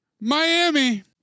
Miami